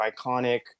iconic